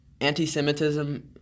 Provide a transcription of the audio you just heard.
Anti-Semitism